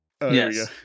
yes